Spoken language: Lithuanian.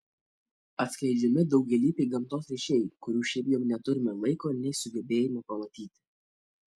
atskleidžiami daugialypiai gamtos ryšiai kurių šiaip jau neturime laiko nei sugebėjimo pamatyti